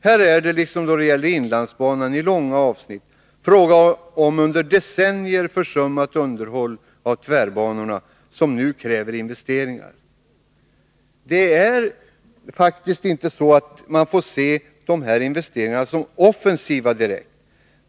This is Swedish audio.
Här är det - liksom då det gäller inlandsbanan i långa avsnitt — fråga om under decennier försummat underhåll av tvärbanorna, som nu kräver investeringar. De här investeringarna får faktiskt inte ses som direkt offensiva.